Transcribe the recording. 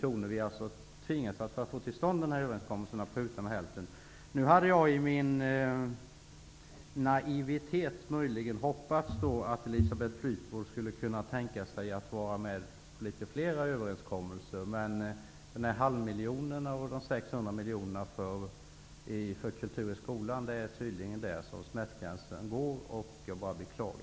För att få till stånd denna överenskommelse tvingades vi pruta hälften. I min naivitet hade jag möjligen hoppats att Elisabeth Fleetwood skulle kunna tänka sig att vara med på litet flera överenskommelser. Smärtgränsen tycks tydligen gå vid dessa belopp för satsningar på kultur i skolan. Det är bara att beklaga.